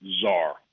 czar